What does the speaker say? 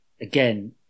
again